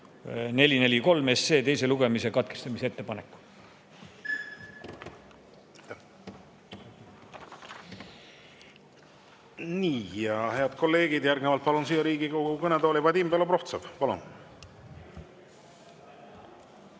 443 teise lugemise katkestamise ettepaneku. Aitäh! Head kolleegid, järgnevalt palun siia Riigikogu kõnetooli Vadim Belobrovtsevi.